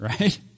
right